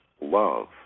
love